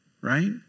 right